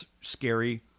scary